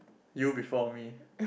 you before me